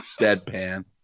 deadpan